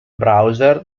browser